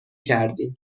کردیم